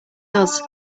does